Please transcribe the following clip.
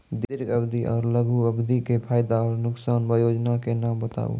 दीर्घ अवधि आर लघु अवधि के फायदा आर नुकसान? वयोजना के नाम बताऊ?